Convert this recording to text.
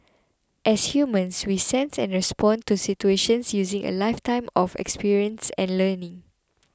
as humans we sense and respond to situations using a lifetime of experience and learning